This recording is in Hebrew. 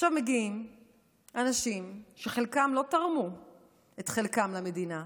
עכשיו מגיעים אנשים שחלקם לא תרמו את חלקם למדינה,